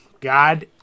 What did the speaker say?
God